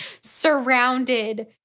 surrounded